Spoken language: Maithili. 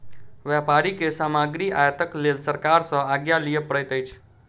व्यापारी के सामग्री आयातक लेल सरकार सॅ आज्ञा लिअ पड़ैत अछि